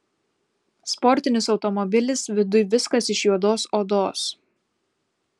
sportinis automobilis viduj viskas iš juodos odos